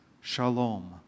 shalom